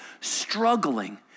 struggling